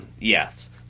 Yes